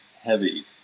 heavy